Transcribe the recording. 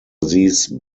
these